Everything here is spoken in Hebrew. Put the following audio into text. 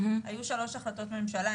היו שלוש החלטות ממשלה,